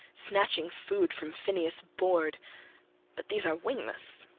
snatching food from phineus' board but these are wingless,